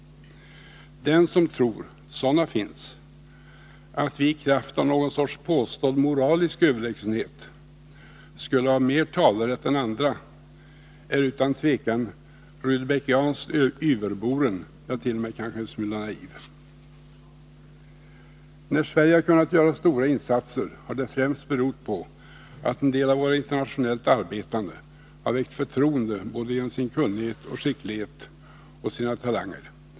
Den som tror att sådana finns och att vi i kraft av någon sorts påstådd moralisk överlägsenhet skulle ha mer talerätt än andra länder är utan tvekan rudbeckianskt yverboren, ja, t.o.m. kanske en smula naiv. När Sverige har kunnat göra stora insatser har det främst berott på att en del av våra internationellt arbetande har väckt förtroende både genom sin kunnighet och skicklighet och sina talanger.